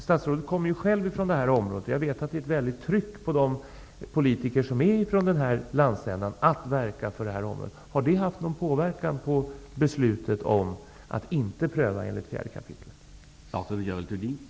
Statsrådet kommer ju själv från området i fråga, och jag vet att det är ett väldigt tryck på politiker från den landsänden att de skall verka för området. Jag undrar alltså om detta på något sätt har påverkat beslutet att inte göra en prövning enligt 4 kap. naturresurslagen.